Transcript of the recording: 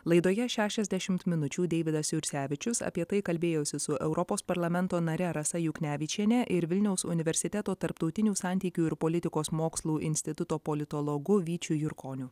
laidoje šešiasdešimt minučių deividas jursevičius apie tai kalbėjosi su europos parlamento nare rasa juknevičiene ir vilniaus universiteto tarptautinių santykių ir politikos mokslų instituto politologu vyčiu jurkoniu